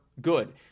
good